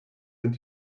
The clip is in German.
sind